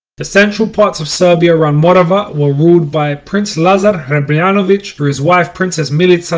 the central parts of serbia around morava were ruled by prince lazar hrebljanovic. through his wife, princess milica,